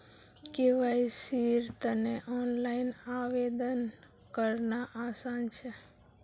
केवाईसीर तने ऑनलाइन आवेदन करना आसान छ